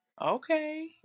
Okay